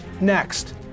next